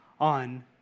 on